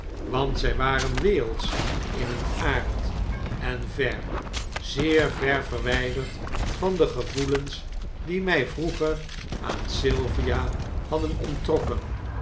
want zy waren wereldsch in hun aard en ver zeer ver verwyderd van de gevoelens die my vroeger aan sylvia hadden onttrokken